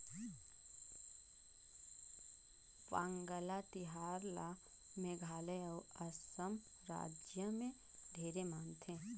वांगला तिहार ल मेघालय अउ असम रायज मे ढेरे मनाथे